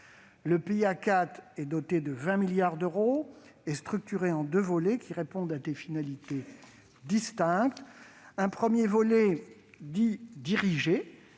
Le PIA 4 est doté de 20 milliards d'euros et structuré en deux volets, qui répondent à des finalités distinctes. Un premier volet, dit « dirigé »,